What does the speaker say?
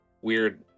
weird